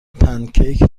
پنکیک